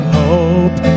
hope